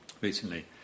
recently